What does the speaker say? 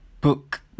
book